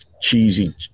cheesy